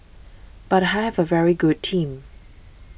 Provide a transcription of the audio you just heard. but I have a very good team